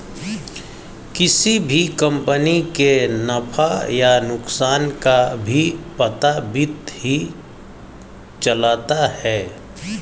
किसी भी कम्पनी के नफ़ा या नुकसान का भी पता वित्त ही चलता है